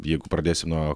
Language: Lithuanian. jeigu pradėsim nuo